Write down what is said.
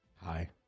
Hi